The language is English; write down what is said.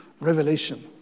Revelation